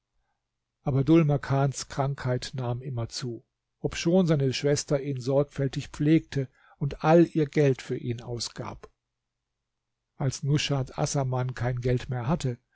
aber dhul makans krankheit nahm immer zu obschon seine schwester ihn sorgfältig pflegte und all ihr geld für ihn ausgab als nushat assaman kein geld mehr hatte